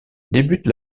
débute